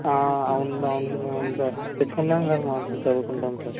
అవున అవును అవునవును సార్ తెచ్చుకుంటాను సార్ మార్కులు చదువుకుంటాను సార్